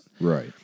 Right